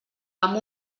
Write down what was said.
amb